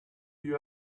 you